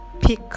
pick